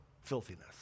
filthiness